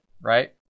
right